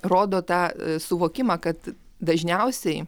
rodo tą suvokimą kad dažniausiai